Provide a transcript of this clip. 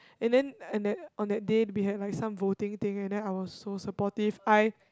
and then and that on that day we had like some voting thing and then I was so supportive I